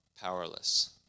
powerless